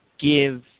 give